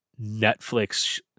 Netflix